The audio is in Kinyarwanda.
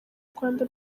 rwanda